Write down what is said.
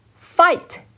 Fight